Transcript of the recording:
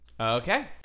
Okay